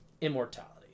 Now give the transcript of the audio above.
Immortality